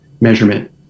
measurement